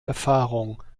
erfahrung